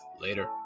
later